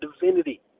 divinity